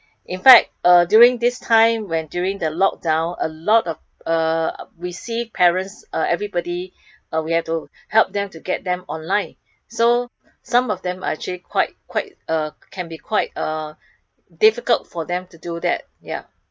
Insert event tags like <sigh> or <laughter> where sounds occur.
<breath> in fact uh during this time when during the lockdown a lot of uh we see parents uh everybody uh <breath> we have to help them to get them online <breath> so some of them are actually quite quite uh can be quite uh <breath> difficult for them to do that ya